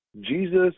Jesus